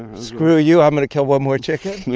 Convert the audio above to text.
screw you, i'm going to kill one more chicken